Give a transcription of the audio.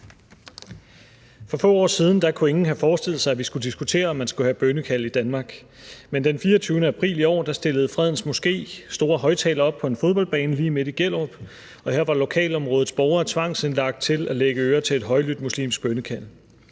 For få år siden kunne ingen have forestillet sig, at vi skulle diskutere, om man skulle have bønnekald i Danmark, men den 24. april i år stillede Fredens Moské store højtalere op på en fodboldbane lige midt i Gellerup. Her var lokalområdets borgere tvangsindlagt til at lægge øre til et højlydt muslimsk bønnekald.